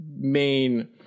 main